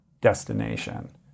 destination